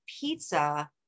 pizza